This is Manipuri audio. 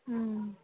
ꯎꯝ